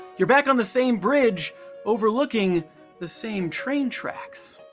you're back on the same bridge overlooking the same train tracks.